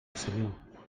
senyor